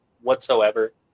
whatsoever